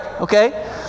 okay